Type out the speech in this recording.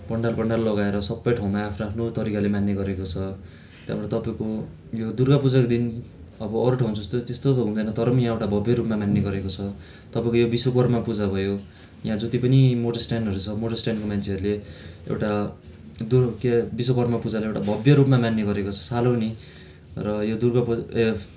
पन्डाल पन्डाल लगाएर सबै ठाउँमा आफ्नो आफ्नो तरिकाले मान्ने गरेको छ त्यहाँबाट तपाईँको यो दुर्गा पूजाको दिन अब अरू ठाउँ जस्तो त्यस्तो त हुँदैन तर पनि यहाँ एउटा भव्य रूपमा मान्ने गरेको छ तपाईँको यो विश्वकर्म पूजा भयो यहाँ जति पनि मोटर स्ट्यान्डहरू छ मोटर स्ट्यान्डको मान्छेहरूले एउटा दुर् के विश्वकर्म पूजालाई एउटा भव्य रूपमा मान्ने गरेको छ सालिन्ने र यो दुर्गा पूजा ए